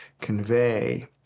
convey